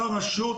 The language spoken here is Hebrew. אותה רשות,